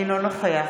אינו נוכח